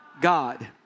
God